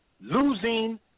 losing